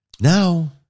Now